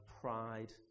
pride